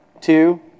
Two